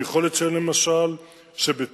אני יכול לציין למשל שבתשע"א,